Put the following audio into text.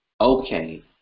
okay